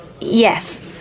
Yes